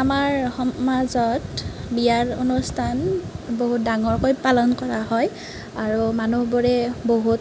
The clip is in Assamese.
আমাৰ সমাজত বিয়াৰ অনুষ্ঠান বহুত ডাঙৰকৈ পালন কৰা হয় আৰু মানুহবোৰে বহুত